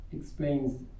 explains